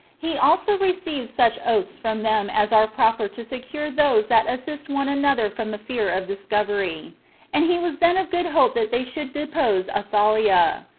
he also received such oaths from them as are proper to secure those that assist one another from the fear of discovery and he was then of good hope that they should depose athaliah.